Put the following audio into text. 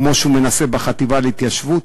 כמו שהוא מנסה בחטיבה להתיישבות,